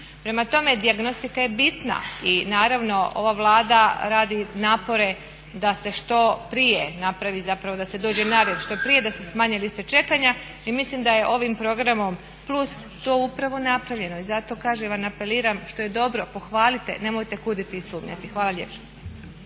Prema tome, dijagnostika je bitna i naravno ova Vlada radi napore da se što prije napravi, zapravo da se dođe na red, što prije da se smanje liste čekanja. I mislim da je ovim programom plus to upravo napravljeno. I zato kažem vam, apeliram što je dobro pohvalite nemojte kuditi i sumnjati. Hvala lijepa.